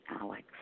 Alex